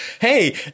hey